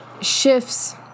shifts